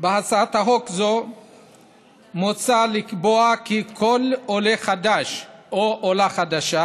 הזו מוצע לקבוע כי כל עולה חדש או עולה חדשה